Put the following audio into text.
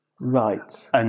Right